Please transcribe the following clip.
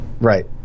right